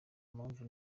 mpamvu